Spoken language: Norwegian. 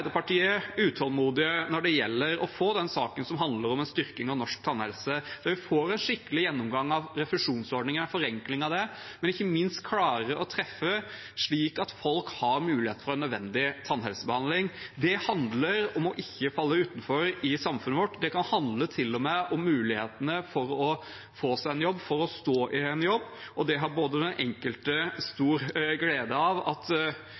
når det gjelder å få saken som handler om en styrking av norsk tannhelse, der vi får en skikkelig gjennomgang av refusjonsordninger, forenklinger der, men ikke minst klarer å treffe, slik at folk har muligheten til en nødvendig tannhelsebehandling. Det handler om å ikke falle utenfor i samfunnet vårt, og det kan til og med handle om mulighetene for å få seg en jobb, for å stå i en jobb. Det har både den enkelte stor glede av at